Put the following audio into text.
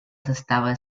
состава